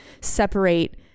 separate